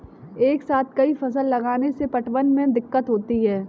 एक साथ कई फसल लगाने से पटवन में दिक्कत होती है